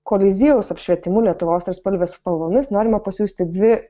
koliziejaus apšvietimu lietuvos trispalvės spalvomis norima pasiųsti dvi